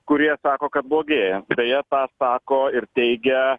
kurie sako kad blogėja beje tą sako ir teigia